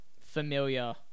familiar